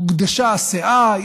הוגדשה הסאה,